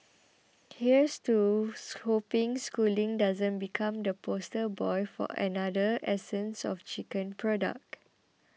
here's to hoping schooling doesn't become the poster boy for another 'essence of chicken' product